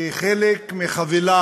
כחלק מחבילה